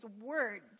words